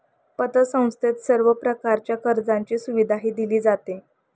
पतसंस्थेत सर्व प्रकारच्या कर्जाची सुविधाही दिली जाते